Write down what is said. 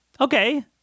Okay